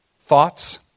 thoughts